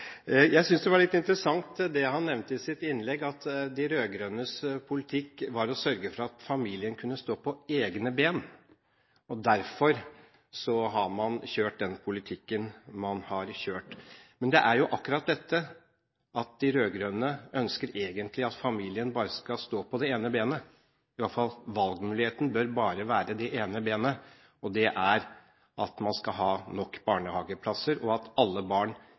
Jeg syntes det var litt interessant det han nevnte i sitt innlegg, at de rød-grønnes politikk var å sørge for at familien kunne stå på egne ben, og at man derfor har kjørt den politikken man har kjørt. Men det er jo akkurat det som er saken; de rød-grønne ønsker egentlig at familien bare skal stå på det ene benet, at valgmuligheten bare bør være det ene benet – altså at man skal ha nok barnehageplasser, og at alle barn